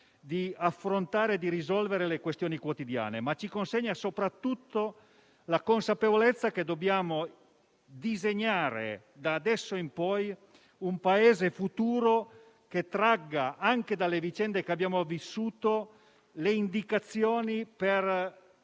di affrontare e di risolvere le questioni quotidiane, ma ci consegna soprattutto la consapevolezza che dobbiamo disegnare, da adesso in poi, un Paese futuro che tragga dalle vicende che abbiamo vissuto le indicazioni per